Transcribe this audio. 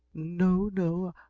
no no,